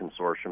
consortium